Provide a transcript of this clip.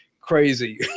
crazy